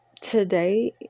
Today